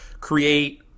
create